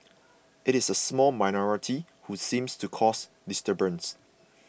it is a small minority who seems to cause disturbance